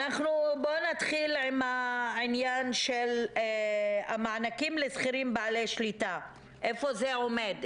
נתחיל עם העניין של המענקים לשכירים בעלי שליטה - איפה זה עומד?